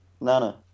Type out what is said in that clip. Nana